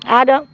आर अब